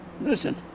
Listen